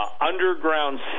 underground